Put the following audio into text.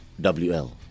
WL